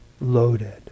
loaded